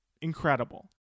incredible